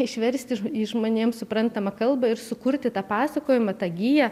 išversti į žmonėms suprantamą kalbą ir sukurti tą pasakojimą tą giją